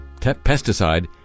pesticide